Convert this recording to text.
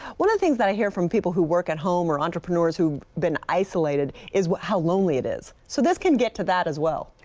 one of the things that i hear from people who work at home or entrepreneurs who've been isolated is how lonely it is. so this can get to that as well.